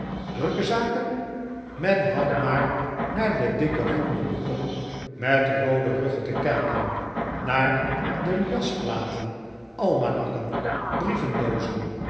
drukke zaken men had maar naar de dikke groene boeken met roode ruggen te kijken naar de liasplaten almanakken brievendoozen